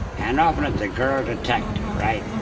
and often it's a girl detective, right,